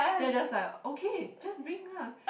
then is just like okay just bring ah